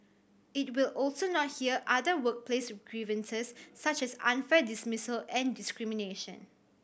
it will also not hear other workplace grievances such as unfair dismissal and discrimination